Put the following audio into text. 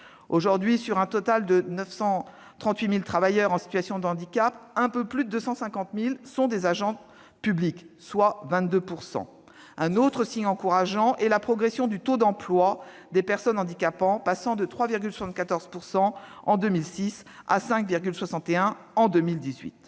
Aujourd'hui, sur un total de 938 000 travailleurs en situation de handicap, un peu plus de 250 000 sont des agents publics, soit 22 %. Un autre signe encourageant est la progression du taux d'emploi légal des personnes handicapées, qui est passé de 3,74 % en 2006 à 5,61 % en 2018.